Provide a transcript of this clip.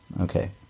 Okay